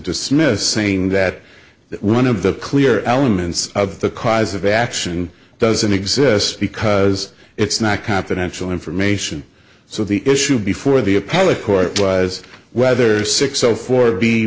dismiss saying that one of the clear elements of the cause of action doesn't exist because it's not confidential information so the issue before the appellate court was whether six so for